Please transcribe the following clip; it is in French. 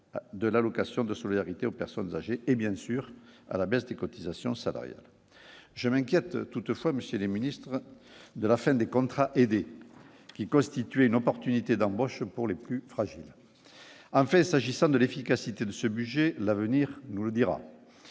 de l'allocation de solidarité aux personnes âgées et bien sûr à la baisse des cotisations salariales, je m'inquiète toutefois monsieur les ministres de la fin des contrats aidés qui constituent une opportunité d'embauche pour les plus fragiles, en fait, s'agissant de l'efficacité de ce budget, l'avenir nous le dira